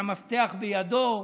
שהמפתח בידו.